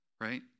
right